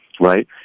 right